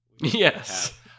yes